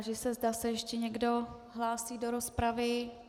Táži se, zda se ještě někdo hlásí do rozpravy.